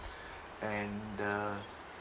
and uh